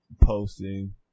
posting